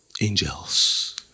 Angels